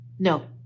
No